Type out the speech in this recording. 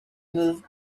moved